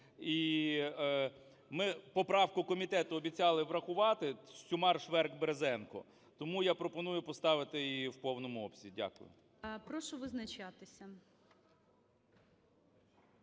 І ми поправку комітету обіцяли врахувати:Сюмар, Шверк, Березенко. Тому я пропоную поставити її в повному обсязі. Дякую.